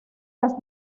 las